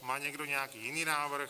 Má někdo nějaký jiný návrh?